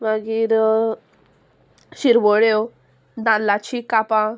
मागीर शिरवळ्यो दादलाची कापां